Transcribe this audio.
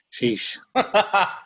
Sheesh